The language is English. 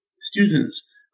students